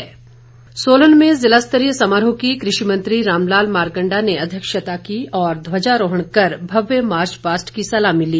सोलन समारोह सोलन में ज़िला स्तरीय समारोह की कृषि मंत्री रामलाल मारकंडा ने अध्यक्षता की और ध्वजारोहण कर भव्य मार्च पास्ट की सलामी ली